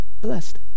blessed